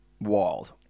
Wild